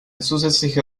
zusätzliche